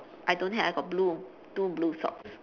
I don't have I got blue two blue socks